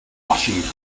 washington